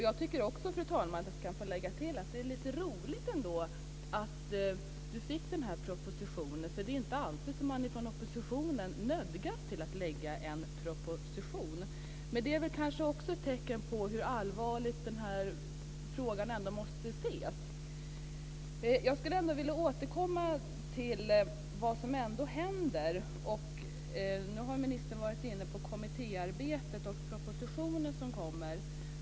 Jag vill, fru talman, tillägga att det ändå är lite roligt att ministern fick den här "propositionen", för det är inte alltid som man från oppositionen nödgas att lägga fram en "proposition". Men det är kanske tecken på hur allvarligt den här frågan ändå måste ses. Jag skulle vilja återkomma till vad som händer. Ministern har varit inne på kommittéarbetet och den proposition som kommer.